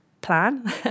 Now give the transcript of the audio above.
plan